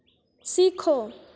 सीखो